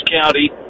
County